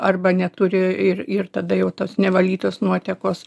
arba neturi ir ir tada jau tos nevalytos nuotekos